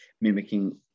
mimicking